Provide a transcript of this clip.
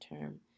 term